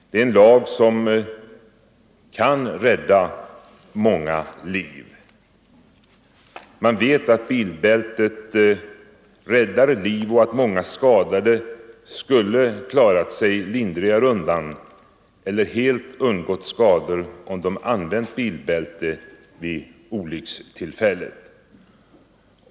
Det är en lag som kan rädda många liv. Man vet att bilbältet räddar liv och att många skadade skulle klarat sig lindrigare undan eller helt undgått skador om de använt bilbälte vid olyckstillfället.